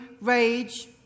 rage